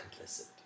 Complicit